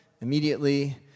Immediately